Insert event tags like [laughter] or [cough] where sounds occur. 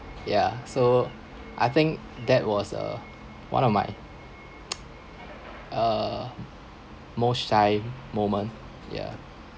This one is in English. yeah so I think that was one of my [noise] uh most shy moment yeah